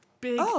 big